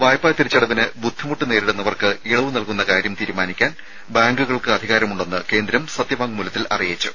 വായ്പാ തിരിച്ചടവിന് ബുദ്ധിമുട്ട് നേരിടുന്നവർക്ക് ഇളവ് നൽകുന്ന കാര്യം തീരുമാനിക്കാൻ ബാങ്കുകൾക്ക് അധികാരമുണ്ടെന്ന് കേന്ദ്രം സത്യവാങ്മൂലത്തിൽ അറിയിച്ചു